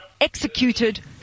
executed